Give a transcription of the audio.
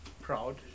proud